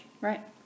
Right